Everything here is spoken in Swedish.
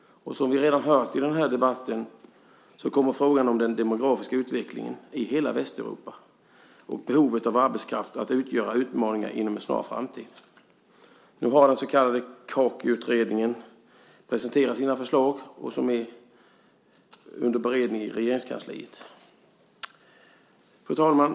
Som vi redan hört i debatten kommer frågan om den demografiska utvecklingen i hela Västeuropa och behovet av arbetskraft att utgöra utmaningar inom en snar framtid. Nu har den så kallade Kakiutredningen presenterat sina förslag som är under beredning i Regeringskansliet. Fru talman!